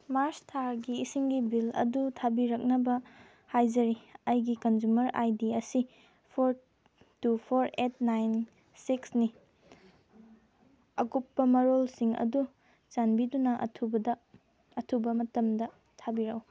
ꯃꯥꯔꯁ ꯊꯥꯒꯤ ꯏꯁꯤꯡꯒꯤ ꯕꯤꯜ ꯑꯗꯨ ꯊꯥꯕꯤꯔꯛꯅꯕ ꯍꯥꯏꯖꯔꯤ ꯑꯩꯒꯤ ꯀꯟꯖꯨꯃꯔ ꯑꯥꯏ ꯗꯤ ꯑꯁꯤ four two four eight nine ꯁꯤꯛꯁꯅꯤ ꯑꯀꯨꯞꯄ ꯃꯔꯣꯜꯁꯤꯡ ꯑꯗꯨ ꯆꯥꯟꯕꯤꯗꯨꯅ ꯑꯊꯨꯕꯗ ꯑꯊꯨꯕ ꯃꯇꯝꯗ ꯊꯥꯕꯤꯔꯛꯎ